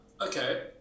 okay